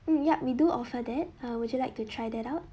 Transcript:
hmm yup we do offer that uh would you like to try that out